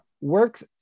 works